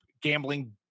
gambling